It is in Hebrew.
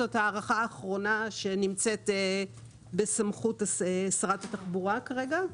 זאת הארכה אחרונה שנמצאת בסמכות שרת התחבורה כרגע.